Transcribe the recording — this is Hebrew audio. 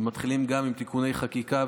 ומתחילים גם עם תיקוני חקיקה,